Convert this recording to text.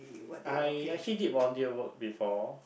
I actually did volunteer work before